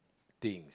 things